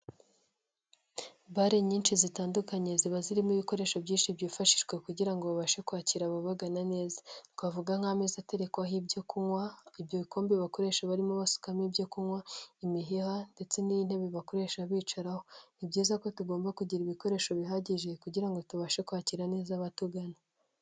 Bare nyinshi zitandukanye ziba zirimo ibikoresho byinshi byifashishwa kugira ngo babashe kwakira ababagana neza twavuga: nk'amezi aterekwaho ibyo kunywa, ibyo bikombe bakoresha barimo basukamo ibyo kunywa, imiheha ndetse n'intebe bakoresha bicaraho. Ni byiza ko tugomba kugira ibikoresho bihagije kugira ngo tubashe kwakira neza abatugana.